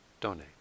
donate